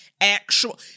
actual